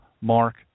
Mark